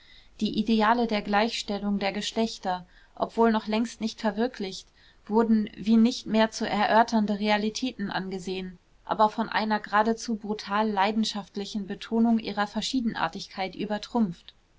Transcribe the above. die ideale der gleichstellung der geschlechter obwohl noch längst nicht verwirklicht wurden wie nicht mehr zu erörternde realitäten angesehen aber von einer geradezu brutal leidenschaftlichen betonung ihrer verschiedenartigkeit übertrumpft